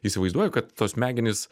įsivaizduoju kad tos smegenys